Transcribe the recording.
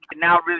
now